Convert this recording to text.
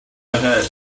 ahead